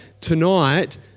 tonight